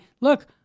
look